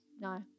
No